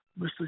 Mr